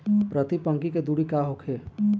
प्रति पंक्ति के दूरी का होखे?